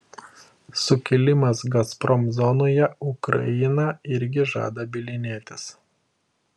sukilimas gazprom zonoje ukraina irgi žada bylinėtis